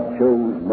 chose